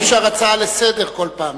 ואי-אפשר הצעה לסדר-היום כל פעם.